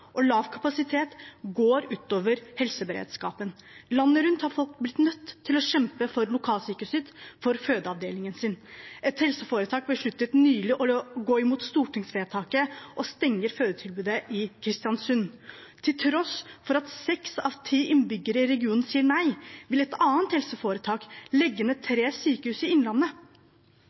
og lav kapasitet, går ut over helseberedskapen. Landet rundt er folk blitt nødt til å kjempe for lokalsykehuset sitt, for fødeavdelingen sin. Et helseforetak besluttet nylig å gå imot stortingsvedtaket og stenge fødetilbudet i Kristiansund. Til tross for at seks av ti innbyggere i regionen sier nei, vil et annet helseforetak legge ned tre sykehus i Innlandet.